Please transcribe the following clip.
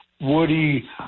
woody